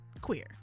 queer